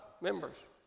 members